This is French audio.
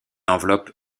enveloppe